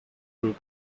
group